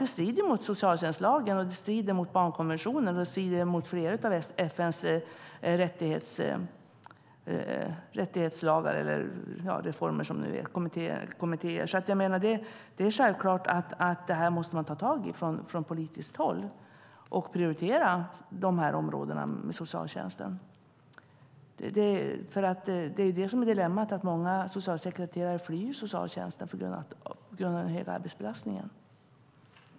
Det strider mot socialtjänstlagen, barnkonventionen och flera av FN:s rättighetstexter. Det är självklart att politikerna måste ta tag i detta och prioritera de här områdena inom socialtjänsten. Det är ett dilemma att många socialsekreterare flyr socialtjänsten på grund av den höga arbetsbelastningen.